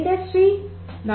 industry 4